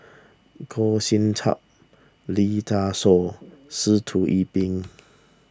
Goh Sin Tub Lee Dai Soh Sitoh Yih Pin